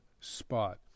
spot